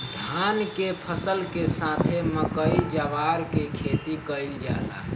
धान के फसल के साथे मकई, जवार के खेती कईल जाला